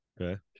Okay